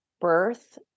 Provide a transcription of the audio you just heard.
birth